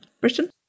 Britain